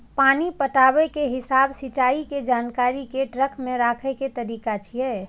पानि पटाबै के हिसाब सिंचाइ के जानकारी कें ट्रैक मे राखै के तरीका छियै